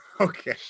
Okay